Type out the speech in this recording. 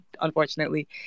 unfortunately